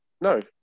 No